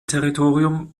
territorium